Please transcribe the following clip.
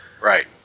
Right